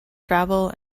travel